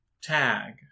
tag